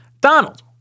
Donald